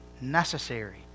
necessary